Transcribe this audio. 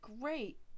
great